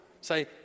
say